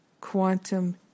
quantum